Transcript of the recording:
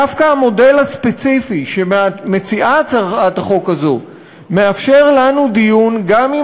דווקא המודל הספציפי שמציעה הצעת החוק הזאת מאפשר לנו דיון גם עם